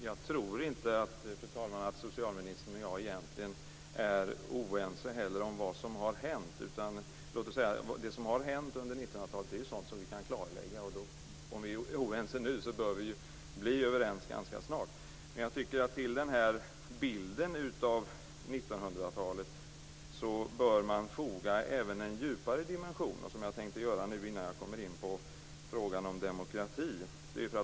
Fru talman! Jag tror inte att socialministern och jag egentligen är oense heller om vad som hänt. Det som har hänt under 1900-talet är sådant som vi kan klarlägga. Om vi är oense nu bör vi bli ense ganska snart. Till bilden av 1900-talet bör man foga även en djupare dimension, som jag tänker göra innan jag kommer in på frågan om demokrati.